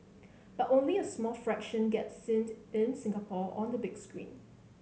but only a small fraction get seen in Singapore on the big screen